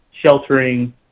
sheltering